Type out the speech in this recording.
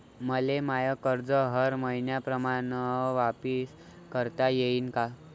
मले माय कर्ज हर मईन्याप्रमाणं वापिस करता येईन का?